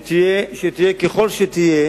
ככל שתהיה